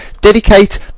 dedicate